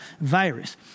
virus